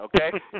okay